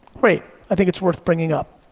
great, i think it's worth bringing up.